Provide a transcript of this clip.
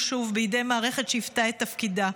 שוב בידי מערכת שעיוותה את תפקידה.